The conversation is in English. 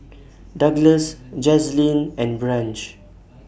Douglas Jazlene and Branch